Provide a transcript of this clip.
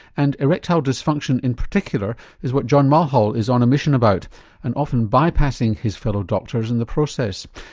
and erectile dysfunction in particular is what john mulhall is on a mission about and often bypassing his fellow doctors in the process.